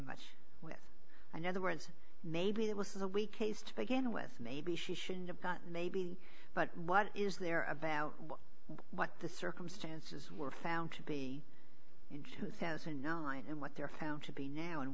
much another words maybe that was a weak case to begin with maybe she shouldn't have got maybe but what is there about what the circumstances were found to be in two thousand and nine and what they're found to be now and